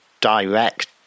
direct